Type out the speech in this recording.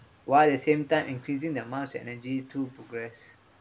while the same time increasing their mass energy to progress